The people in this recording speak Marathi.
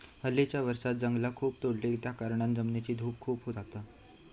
हल्लीच्या वर्षांत जंगला खूप तोडली त्याकारणान जमिनीची धूप खूप जाता